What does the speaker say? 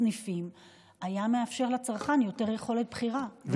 סניפים היה מאפשר לצרכן יותר יכולת בחירה,